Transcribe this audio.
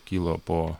kilo po